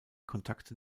kontakte